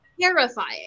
terrifying